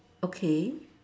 okay